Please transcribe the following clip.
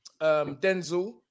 Denzel